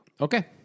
Okay